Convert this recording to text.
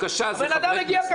הבן אדם מגיע לכל דיון.